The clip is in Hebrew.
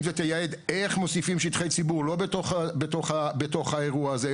ותייעד איך מוסיפים שטחי ציבור לא בתוך האירוע הזה.